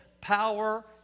power